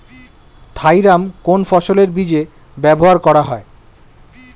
Thiram কোন ফসলের বীজে ব্যবহার করা হয়?